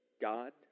God